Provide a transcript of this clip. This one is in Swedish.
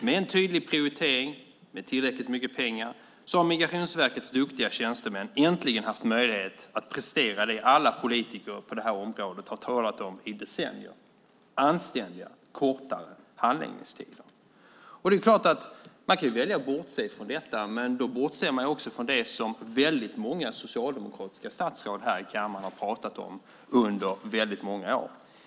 Med en tydlig prioritering och med tillräckligt mycket pengar har Migrationsverkets duktiga tjänstemän äntligen haft möjlighet att prestera det alla politiker på detta område har talat om i decennier: anständiga, kortare handläggningstider. Det är klart att man kan välja att bortse ifrån detta, men då bortser man också från det som många socialdemokratiska statsråd har pratat om under väldigt många år.